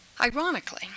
Ironically